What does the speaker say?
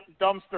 dumpster